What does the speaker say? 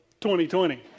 2020